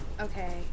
Okay